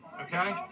Okay